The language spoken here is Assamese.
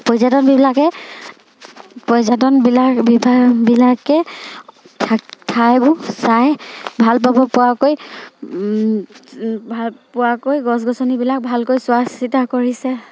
পৰ্যটকবিলাকে পৰ্যটকবিলাক ঠাইবোৰ চাই ভাল পাব পৰাকৈ ভাল পোৱাকৈ গছ গছনিবিলাক ভালকৈ চোৱা চিতা কৰিছে